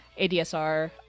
ADSR